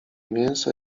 mięso